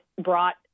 brought